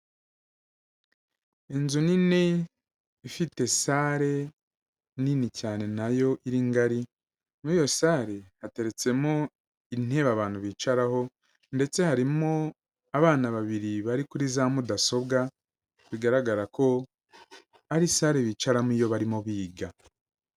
Inzu nini, ifite salle nini cyane nayo iri ngari, muri iyo salle hateretsemo intebe abantu bicaraho, ndetse harimo abana babiri bari kuri za mudasobwa, bigaragara ko ari salle bicaramo iyo barimo biga.